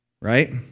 right